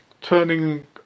turning